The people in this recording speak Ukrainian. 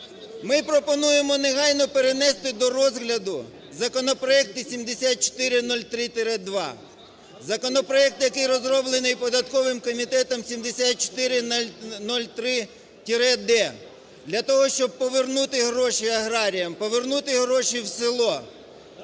Ми пропонуємо негайно перенести до розгляду законопроекти 7403-2, законопроект, який розроблений податковим комітетом, 7403-д, для того, щоб повернути гроші аграріям, повернути гроші в село.